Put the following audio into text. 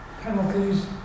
penalties